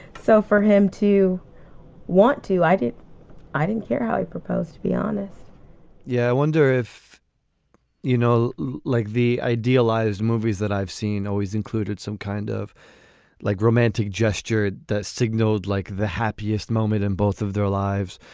so for him to want to i did i didn't care how he proposed to be honest yeah. i wonder if you know like the idealized movies that i've seen always included some kind of like romantic gesture that signaled like the happiest moment in both of their lives.